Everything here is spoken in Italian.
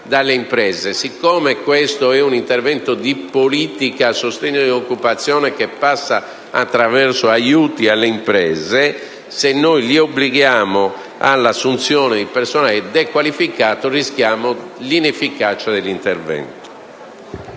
Siccome questo e un intervento di politica di sostegno all’occupazione che passa attraverso aiuti alle imprese, se noi obblighiamo all’assunzione di personale dequalificato, rischiamo l’inefficacia dell’intervento.